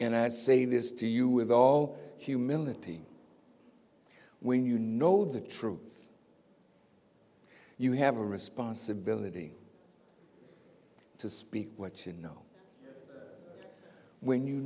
and i say this to you with all humility when you know the truth you have a responsibility to speak what you know when you